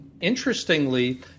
Interestingly